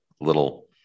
little